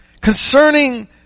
Concerning